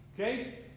Okay